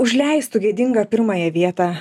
užleistų gėdingą pirmąją vietą